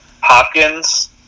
Hopkins